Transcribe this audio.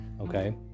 okay